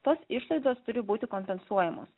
tos išlaidos turi būti kompensuojamos